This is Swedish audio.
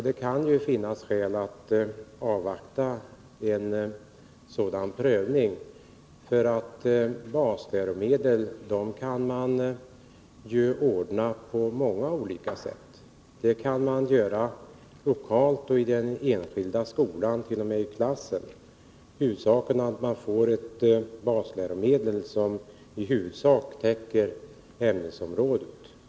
Det kan ju finnas skäl att avvakta en sådan prövning, därför att man kan ordna basläromedel på många olika sätt — lokalt och i den enskilda skolan, t.o.m. i klassen. Det viktigaste är att man får ett basläromedel som i huvudsak täcker ämnesområdet.